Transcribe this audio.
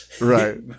Right